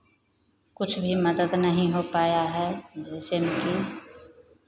कुछ भी मदद नहीं हो पाया है जैसे मुझे